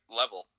level